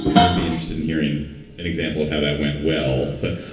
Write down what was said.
and would be interested in hearing an example of how that went well but